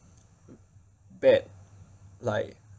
bad like